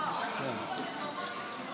אדוני היושב-ראש,